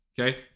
Okay